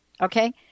okay